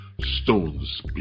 stones